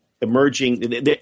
emerging